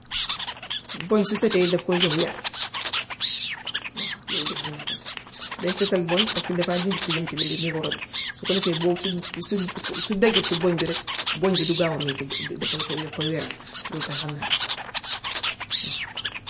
Boñ su setee rekk daf koy jox wér. Waaw, loolu de ham na ko si. Dey setal boñ paska defaa dindi tilim-tilim bi mikoro bi. Su ko defee boo su su su dajut ci boñ bi rekk, boñ bi du gaaw a metti dafaa ko lool kay xam naa ko ci waaw.